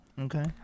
Okay